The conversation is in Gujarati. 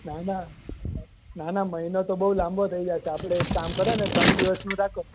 ના ના ના ના મહિનો તો બહુ લાંબો થઈ જશે આપણે તો એક કામ કરો ને ત્રણ દિવસનું રાખો